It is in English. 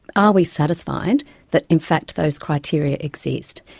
are we satisfied that in fact those criteria exist?